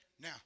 Now